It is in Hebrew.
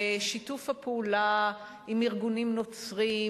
ושיתוף הפעולה עם ארגונים נוצריים,